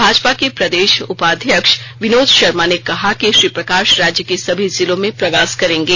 भाजपा के प्रदेश उपाध्यक्ष विनोद शर्मा ने कहा कि श्री प्रकाश राज्य के सभी जिलों में प्रवास करेंगे